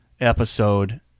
episode